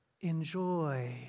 enjoy